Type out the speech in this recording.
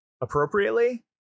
appropriately